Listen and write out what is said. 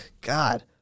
God